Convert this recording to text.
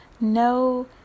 no